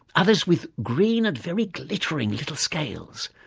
others with green and very glittering little scales.